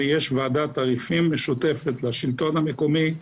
יש ועדת תעריפים משותפת לשלטון המקומי,